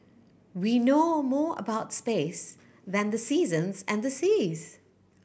we know more about space than the seasons and the seas